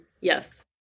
Yes